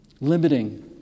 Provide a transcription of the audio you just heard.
limiting